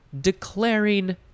Declaring